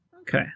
Okay